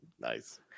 Nice